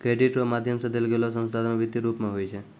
credit रो माध्यम से देलोगेलो संसाधन वित्तीय रूप मे हुवै छै